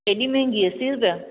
हेॾी महांगी असी रुपिया